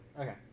Okay